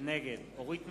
נגד אורית נוקד,